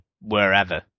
wherever